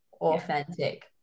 authentic